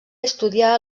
estudià